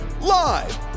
live